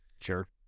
Sure